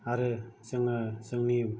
आरो जोङो जोंनि